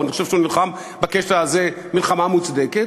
או שאני חושב שהוא נלחם בקטע הזה מלחמה מוצדקת,